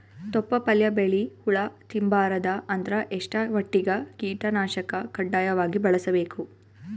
ತೊಪ್ಲ ಪಲ್ಯ ಬೆಳಿ ಹುಳ ತಿಂಬಾರದ ಅಂದ್ರ ಎಷ್ಟ ಮಟ್ಟಿಗ ಕೀಟನಾಶಕ ಕಡ್ಡಾಯವಾಗಿ ಬಳಸಬೇಕು?